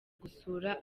gusura